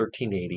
1380